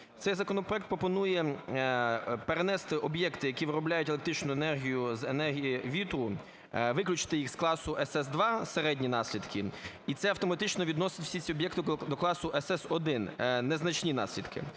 Цей законопроект пропонує перенести об'єкти, які виробляють електричну енергію з енергії вітру, виключити їх з класу СС2 "середні наслідки", і це автоматично відносить всі ці об'єкти до класу СС1 "незначні наслідки".